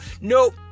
nope